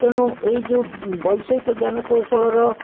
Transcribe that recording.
ତେଣୁ ଏଇ ଯୋଉ ବୈଷୟିକଜ୍ଞାନ କୌଶଳର